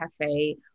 Cafe